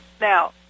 Now